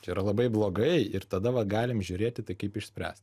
tai yra labai blogai ir tada galime žiūrėt į tai kaip išspręst